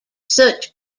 such